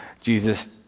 Jesus